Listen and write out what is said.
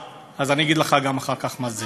אז אני אגיד לך אחר כך גם אחר כך.